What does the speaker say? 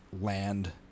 land